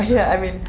yeah, i mean,